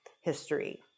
history